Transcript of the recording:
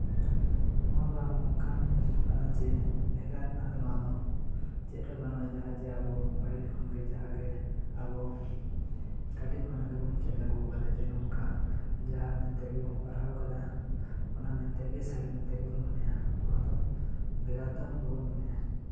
ᱱᱚᱣᱟ ᱫᱚ ᱱᱚᱝᱠᱟᱱ ᱠᱟᱱᱟ ᱡᱮ ᱵᱷᱮᱜᱟᱨ ᱨᱮᱱᱟᱜ ᱫᱚ ᱱᱚᱣᱟ ᱫᱚ ᱪᱮᱫᱦᱚᱸ ᱵᱟᱹᱱᱩᱜᱼᱟ ᱡᱟᱦᱟᱸ ᱡᱮ ᱟᱵᱚ ᱯᱟ ᱦᱤᱞ ᱠᱷᱚᱱᱜᱮ ᱡᱟᱦᱟᱸ ᱜᱮ ᱟᱵᱚ ᱠᱟᱹᱴᱡ ᱠᱷᱚᱱᱟᱜ ᱜᱮᱵᱚᱱ ᱪᱮᱫ ᱟᱹᱜᱩ ᱠᱟᱫᱟ ᱡᱮ ᱱᱚᱝᱠᱟ ᱡᱟᱦᱟᱸ ᱢᱮᱱᱛᱮᱜᱮ ᱵᱚᱱ ᱯᱟᱲᱦᱟᱣ ᱠᱟᱫᱟ ᱚᱱᱟ ᱛᱮᱜᱮ ᱥᱟᱹᱨᱤ ᱢᱮᱱᱛᱮ ᱵᱚᱱ ᱢᱚᱱᱮᱭᱟ ᱱᱚᱣᱟ ᱫᱚ ᱵᱷᱮᱜᱟᱨ ᱫᱚ ᱵᱟᱵᱚᱱ ᱢᱚᱱᱮᱭᱟ